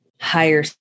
higher